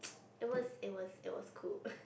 it was it was it was cool